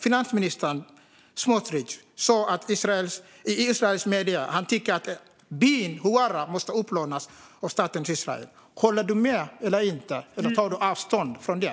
Finansminister Smotrich sa i Israels medier att han tycker att byn Huwara måste utplånas av staten Israel. Håller du med, eller tar du avstånd från det?